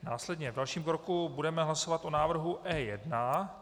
Následně v dalším kroku budeme hlasovat o návrhu E1.